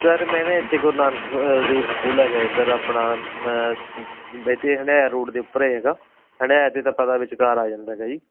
sir ਮੈਂ ਨਾ ਇੱਥੇ ਗੁਰੂ ਨਾਨਕ ਦੇਵ ਸਕੂਲ ਹੈਗਾ ਇੱਧਰ ਆਪਣਾ ਹੰਡਾਇਆ ਰੋਡ ਦੇ ਉੱਪਰ ਹੈਗਾ ਹੰਡਾਇਆ 'ਤੇ ਤਾਂ ਪਤਾ ਵਿਚਕਾਰ ਆ ਜਾਂਦਾ ਹੈਗਾ ਜੀ